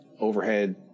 overhead